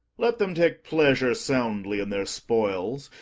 let them take pleasure soundly in their spoils,